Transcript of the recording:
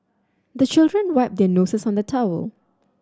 the children wipe their noses on the towel